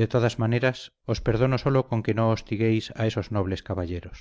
de todas maneras os perdono sólo con que no hostiguéis a esos nobles caballeros